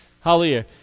Hallelujah